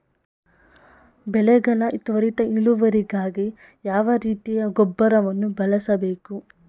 ಬೆಳೆಗಳ ತ್ವರಿತ ಇಳುವರಿಗಾಗಿ ಯಾವ ರೀತಿಯ ಗೊಬ್ಬರವನ್ನು ಬಳಸಬೇಕು?